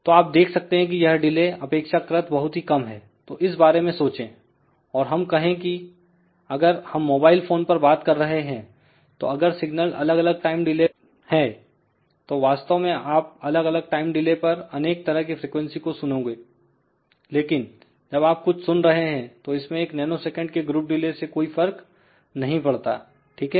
तो आप देख सकते हैं कि यह डिले अपेक्षाकृत बहुत ही कम है तो इस बारे में सोचे और हम कहें की अगर हम मोबाइल फोन पर बात कर रहे हैं तो अगर सिग्नल अलग अलग टाइम डिले हैं तो वास्तव में आप अलग अलग टाइम डिले पर अनेक तरह की फ्रीक्वेंसी को सुनोगेलेकिन जब आप कुछ सुन रहे हैं तो इसमें एक नैनो सेकंड के ग्रुप डिले से कोई फर्क नहीं पड़ता ठीक है